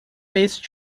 based